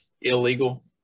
illegal